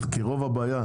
והבעיה,